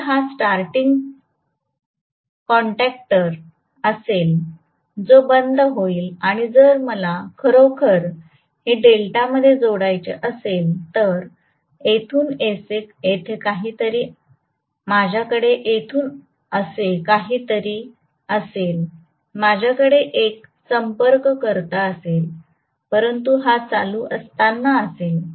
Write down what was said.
तर हा starting contactor असेल जो बंद होईल आणि जर मला खरोखर हे डेल्टामध्ये जोडायचे असेल तर येथून असे काहीतरी माझ्याकडे येथून असे काहीतरी असेल माझ्याकडे एक संपर्ककर्ता असेल परंतु हा चालू असताना असेल